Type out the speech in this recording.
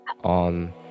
on